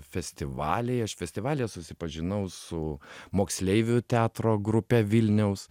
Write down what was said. festivaliai aš festivalyje susipažinau su moksleivių teatro grupe vilniaus